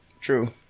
True